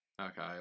Okay